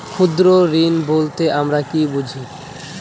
ক্ষুদ্র ঋণ বলতে আমরা কি বুঝি?